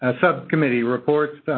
subcommittee reports.